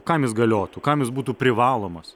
kam jis galiotų kam jis būtų privalomas